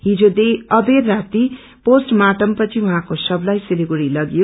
हिजो देर राती पोष्टमार्टममा पछि उहाँको शवलाई सिलगड़ी लगियो